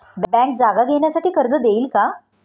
Bank जागा घेण्यासाठी कर्ज देईल का?